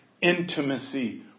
Intimacy